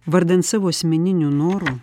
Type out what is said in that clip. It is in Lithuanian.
vardan savo asmeninių norų